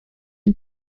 and